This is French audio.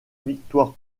victoire